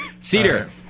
Cedar